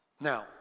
Now